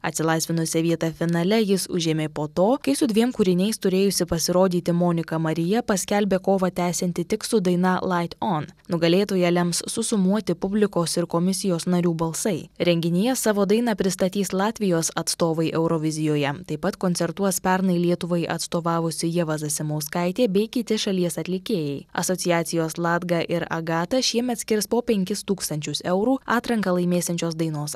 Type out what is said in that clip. atsilaisvinusią vietą finale jis užėmė po to kai su dviem kūriniais turėjusi pasirodyti monika marija paskelbė kovą tęsianti tik su daina lait on nugalėtoją lems susumuoti publikos ir komisijos narių balsai renginyje savo dainą pristatys latvijos atstovai eurovizijoje taip pat koncertuos pernai lietuvai atstovavusi ieva zasimauskaitė bei kiti šalies atlikėjai asociacijos latga ir agata šiemet skirs po penkis tūkstančius eurų atranką laimėsiančios dainos